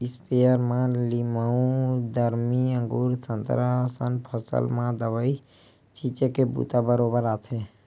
sprayer म लीमउ, दरमी, अगुर, संतरा असन फसल म दवई छिते के बूता बरोबर आथे